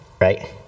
right